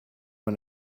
man